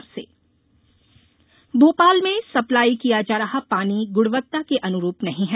जल नमूने भोपाल में सप्लाई किया जा रहा पानी गुणवत्ता के अनुरूप नहीं है